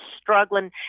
struggling